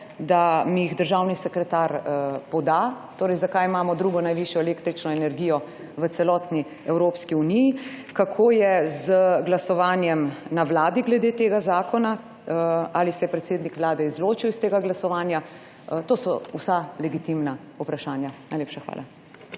da mi jih državni sekretar poda. Zakaj imamo drugo najvišjo električno energijo v celotni Evropski uniji? Kako je z glasovanjem na Vladi glede tega zakona? Ali se je predsednik Vlade izločil iz tega glasovanja? To so vsa legitimna vprašanja. Najlepša hvala.